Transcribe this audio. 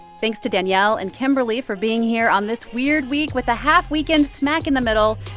thanks to danielle and kimberly for being here on this weird week with a half-weekend smack in the middle.